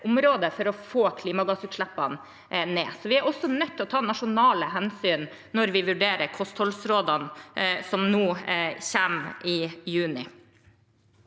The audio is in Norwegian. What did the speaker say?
for å få klimagassutslippene ned. Vi er også nødt til å ta nasjonale hensyn når vi vurderer kostholdsrådene, som kommer nå i juni.